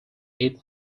eat